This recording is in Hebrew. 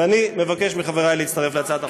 ואני מבקש מחברי להצטרף להצעת החוק.